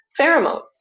pheromones